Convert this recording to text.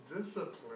discipline